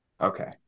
Okay